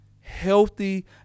healthy